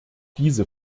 diese